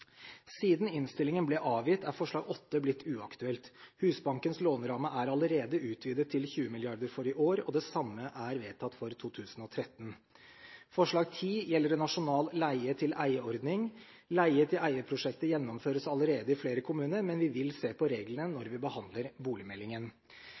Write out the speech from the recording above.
Siden innstillingen ble avgitt, er forslag nr. 8 blitt uaktuelt. Husbankens låneramme er allerede utvidet til 20 mrd. kr for i år, og det samme er vedtatt for 2013. Forslag nr. 10 gjelder en nasjonal «leie før eie»-ordning. «Leie før eie»-prosjekter gjennomføres allerede i flere kommuner, men vi vil se på reglene når